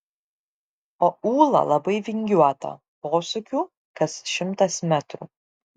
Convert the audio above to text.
o ūla labai vingiuota posūkių kas šimtas metrų